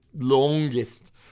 longest